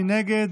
מי נגד?